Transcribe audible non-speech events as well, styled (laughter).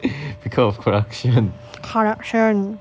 (laughs) because of corruption